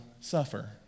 suffer